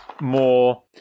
more